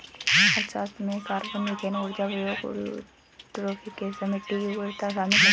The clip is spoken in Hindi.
अर्थशास्त्र में कार्बन, मीथेन ऊर्जा उपयोग, यूट्रोफिकेशन, मिट्टी की गुणवत्ता शामिल है